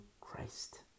Christ